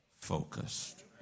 focused